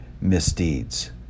misdeeds